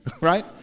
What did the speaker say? right